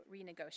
renegotiate